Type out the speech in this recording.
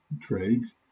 trades